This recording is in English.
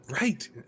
right